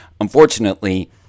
unfortunately